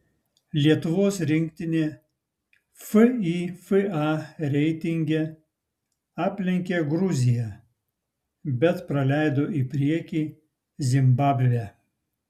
lietuvos rinktinė fifa reitinge aplenkė gruziją bet praleido į priekį zimbabvę